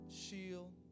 shield